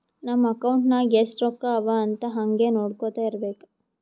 ನಮ್ ಅಕೌಂಟ್ ನಾಗ್ ಎಸ್ಟ್ ರೊಕ್ಕಾ ಅವಾ ಅಂತ್ ಹಂಗೆ ನೊಡ್ಕೊತಾ ಇರ್ಬೇಕ